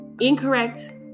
incorrect